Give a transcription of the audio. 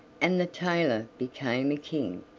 and the tailor became a king.